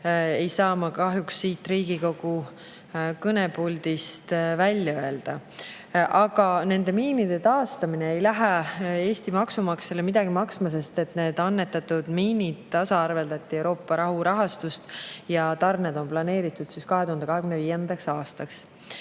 ei saa ma kahjuks siit Riigikogu kõnepuldist välja öelda. Aga nende miinide [varu] taastamine ei lähe Eesti maksumaksjale midagi maksma, sest nende annetatud miinide puhul tehti Euroopa rahurahastus tasaarveldus. Tarned on planeeritud 2025. aastaks. Teine